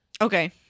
Okay